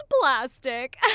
plastic